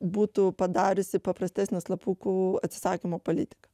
būtų padariusi paprastesnę slapukų atsisakymo politiką